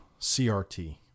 CRT